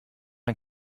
ein